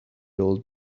old